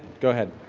go ahead.